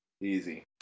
Easy